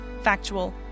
factual